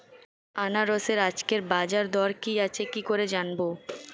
আনারসের আজকের বাজার দর কি আছে কি করে জানবো?